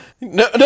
no